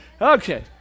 Okay